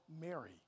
Mary